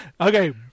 Okay